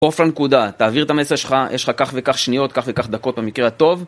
אוף לנקודה, תעביר את המסר שלך, יש לך כך וכך שניות, כך וכך דקות במקרה הטוב